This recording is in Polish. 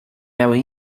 miały